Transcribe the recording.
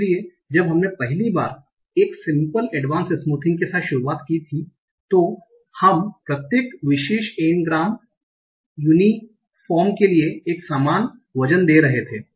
इसलिए जब हमने पहली बार एक simple advanced smoothing के साथ शुरुआत की तो हम प्रत्येक विशेष n ग्राम यूनिफ़ोर्म के लिए एक समान वजन दे रहे थे